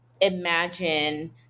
imagine